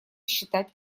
считать